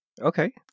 Okay